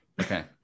okay